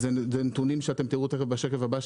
אלה נתונים שתראו בשקף הבא,